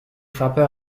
frappeur